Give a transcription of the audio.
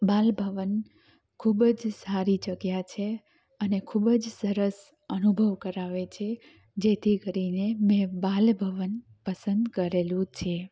બાલ ભવન ખૂબજ સારી જગ્યા છે અને ખૂબજ સરસ અનુભવ કરાવે છે જેથી કરીને મેં બાલભવન પસંદ કરેલું છે